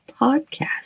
Podcast